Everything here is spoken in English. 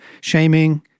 shaming